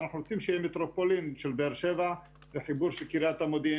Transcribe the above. אנחנו רוצים שיהיה מטרופולין של באר שבע וחיבור של קריית המודיעין,